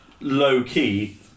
Low-key